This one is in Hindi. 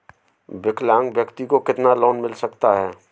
विकलांग व्यक्ति को कितना लोंन मिल सकता है?